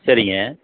சரிங்க